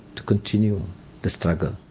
to continue the struggle.